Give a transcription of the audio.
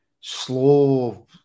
slow